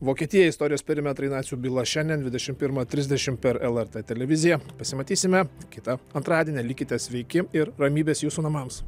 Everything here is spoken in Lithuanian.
vokietijai istorijos perimetrai nacių byla šiandien dvidešim pirmą trisdešim per lrt televiziją pasimatysime kitą antradienį likite sveiki ir ramybės jūsų namams